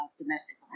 domestic